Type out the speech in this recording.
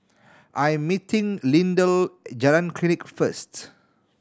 I'm meeting Lindell at Jalan Klinik first